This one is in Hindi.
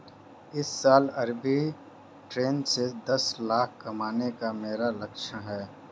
इस साल आरबी ट्रेज़ से दस लाख कमाने का मेरा लक्ष्यांक है